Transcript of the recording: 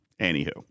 Anywho